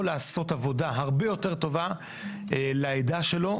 לעשות עבודה הרבה יותר טובה לעדה שלו,